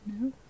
no